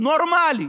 נורמלי,